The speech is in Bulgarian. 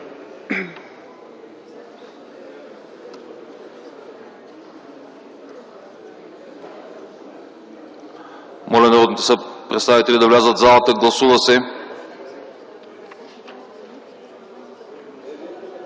Моля народните представители да влязат в залата –